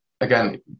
again